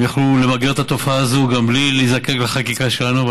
הם יכלו למגר את התופעה הזו גם בלי להזדקק לחקיקה שלנו.